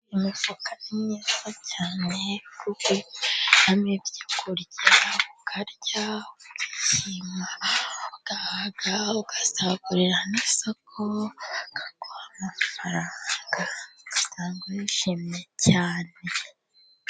Imifuka ni myiza cyane kuko arimo ibyo kurya ukarya, ugahaga ugasagurira n'isoko ,bakaguha amafaranga usanga urishimye cyane.